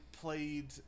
played